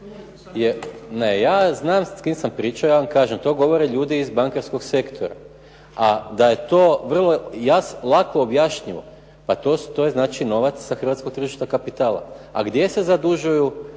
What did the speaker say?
Ne, ja znam s kim sam pričao, to govore ljudi iz bankarskog sektora, a da je to vrlo lako objašnjivo, pa to je znači novac sa hrvatskog tržišta kapitala. A gdje se zadužuju